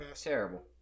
Terrible